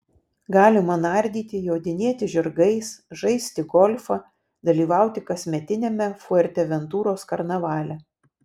galima nardyti jodinėti žirgais žaisti golfą dalyvauti kasmetiniame fuerteventuros karnavale